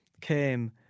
came